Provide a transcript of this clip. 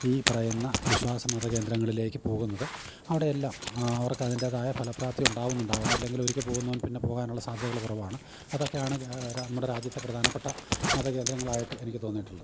ഈ പറയുന്ന വിശ്വാസ മത കേന്ദ്രങ്ങളിലേക്കു പോകുന്നത് അവിടെ എല്ലാം അവർക്ക് അതിന്റേതായ ഫലപ്രാപ്തി ഉണ്ടാവുന്നുണ്ടാവണം ഇല്ലെങ്കിൽ ഒരിക്കല് പോകുന്നവൻ പിന്നെ പോകാനുള്ള സാധ്യതകള് കുറവാണ് അതൊക്കെയാണ് നമ്മുടെ രാജ്യത്തെ പ്രധാനപ്പെട്ട മത കേന്ദ്രങ്ങളായിട്ട് എനിക്കു തോന്നിയിട്ടുള്ളത്